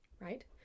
Right